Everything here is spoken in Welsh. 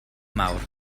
mawr